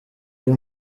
iyo